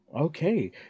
Okay